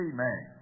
Amen